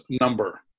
number